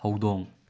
ꯍꯧꯗꯣꯡ